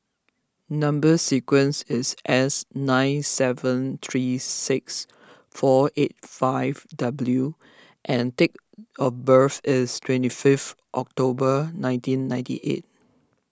Number Sequence is S nine seven three six four eight five W and date of birth is twenty fifth October nineteen ninety eight